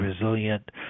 resilient